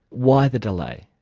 why the delay?